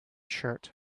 shirt